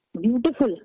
beautiful